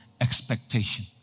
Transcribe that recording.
expectation